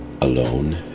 alone